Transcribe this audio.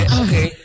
okay